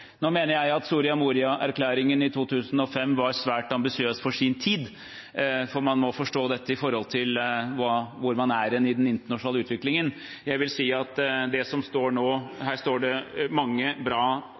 Nå mener jeg at Soria Moria-erklæringen i 2005 var svært ambisiøs for sin tid, for man må forstå dette i forhold til hvor man er i den internasjonale utviklingen. Jeg vil si at det nå står mange bra